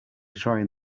trying